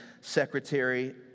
secretary